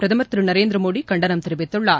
பிரதமர் திரு நரேந்திரமோடி கண்டனம் தெரிவித்துள்ளார்